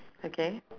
okay